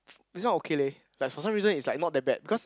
this one okay leh like for some reason is like not that bad because